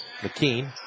McKean